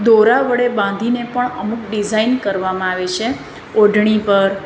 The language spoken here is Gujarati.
દોરા વડે બાંધીને પણ અમુક ડિઝાઇન કરવામાં આવે છે ઓઢણી પર